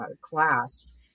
class